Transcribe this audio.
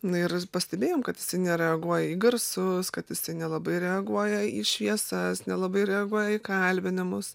na ir pastebėjom kad jis nereaguoja į garsus kad jisai nelabai reaguoja į šviesas nelabai reaguoja į kalbinimus